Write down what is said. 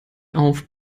auf